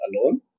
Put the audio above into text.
alone